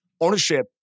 Ownership